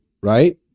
right